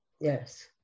Yes